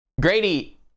Grady